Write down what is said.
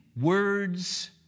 words